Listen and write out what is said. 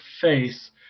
face